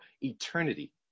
eternity